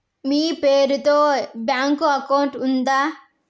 మీ పేరు తో bank account ఉందా?